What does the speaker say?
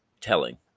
telling